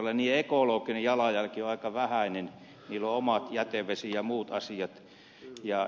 niiden ekologinen jalanjälki on aika vähäinen niillä on omat jätevesi ja muut asiat